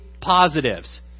positives